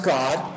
God